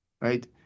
Right